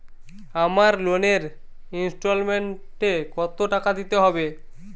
আমার লোনের ইনস্টলমেন্টৈ কত টাকা দিতে হবে?